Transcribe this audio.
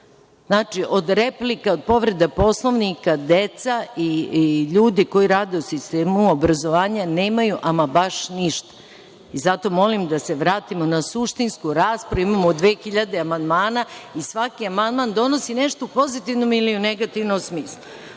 Znači, od replika, od povreda Poslovnika deca i ljudi koji rade u sistemu obrazovanja nemaju ama baš ništa. Zato molim da se vratimo na suštinsku raspravu. Imamo 2.000 amandmana i svaki amandman donosi nešto pozitivno ili negativno.U